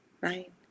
right